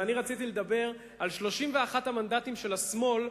ואני רציתי לדבר על 31 המנדטים של השמאל,